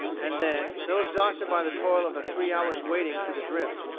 and then, though exhausted by the toil of a three hours' wading through the drifts,